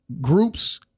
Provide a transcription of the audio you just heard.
groups